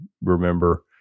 remember